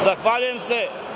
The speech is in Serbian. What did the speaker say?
Zahvaljujem se.